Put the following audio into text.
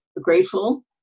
grateful